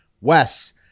Wes